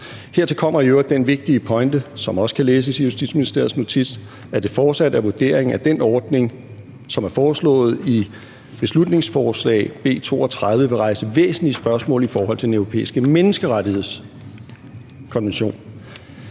Hertil kommer i øvrigt den vigtige pointe, som også kan læses i Justitsministeriets notits, at det fortsat er vurderingen, at den ordning, som er foreslået i beslutningsforslag nr. B 32, vil rejse væsentlige spørgsmål i forhold til Den Europæiske Menneskerettighedskonvention.